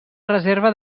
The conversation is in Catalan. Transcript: reserva